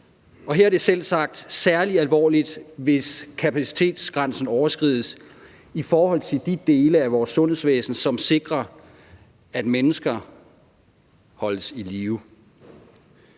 Og her er det selvsagt særlig alvorligt, hvis kapacitetsgrænsen overskrides i forhold til de dele af vores sundhedsvæsen, som sikrer, at mennesker holdes i live.